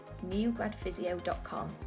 newgradphysio.com